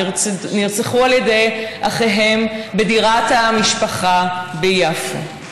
נרצחו על ידי אחיהם בדירת המשפחה ביפו.